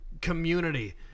community